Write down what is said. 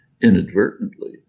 inadvertently